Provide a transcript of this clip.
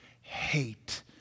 hate